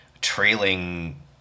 trailing